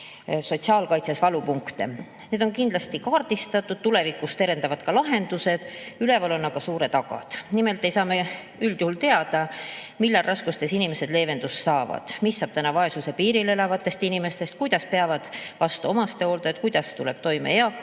sotsiaalkaitses. Need on kindlasti kaardistatud, tulevikus terendavad ka lahendused, üleval on aga suured agad. Nimelt ei saa me üldjuhul teada, millal raskustes inimesed leevendust saavad, mis saab täna vaesuse piiril elavatest inimestest, kuidas peavad vastu omastehooldajad, kuidas tuleb toime eakas